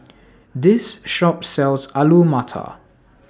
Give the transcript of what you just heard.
This Shop sells Alu Matar